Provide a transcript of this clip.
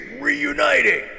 reuniting